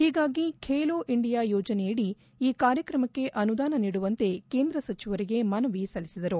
ಹೀಗಾಗಿ ಬೇಲೋ ಇಂಡಿಯಾ ಯೋಜನೆಯಡಿ ಈ ಕಾರ್ಯಕ್ರಮಕ್ಕೆ ಅನುದಾನ ನೀಡುವಂತೆ ಕೇಂದ್ರ ಸಚಿವರಿಗೆ ಮನವಿ ಸಲ್ಲಿಸಿದರು